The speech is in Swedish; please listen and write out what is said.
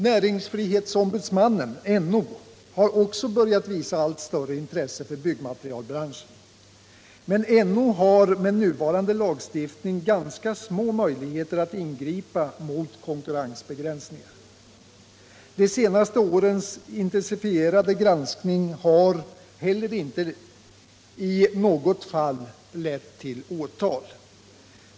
Näringsfrihetsombudsmannen, NO, har också börjat visa allt större intresse för byggmaterialbranschen, men NO har med nuvarande lagstiftning ganska små möjligheter att ingripa mot konkurrensbegränsningar. De senaste årens intensifierade granskning har heller inte i något fall lett till åtal.